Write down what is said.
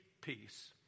peace